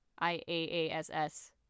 I-A-A-S-S